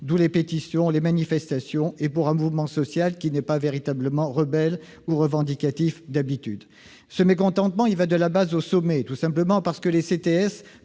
D'où les pétitions, les manifestations et un mouvement social émanant de concitoyens qui ne sont pas véritablement rebelles ou revendicatifs d'habitude. Ce mécontentement va de la base au sommet, tout simplement parce que les CTS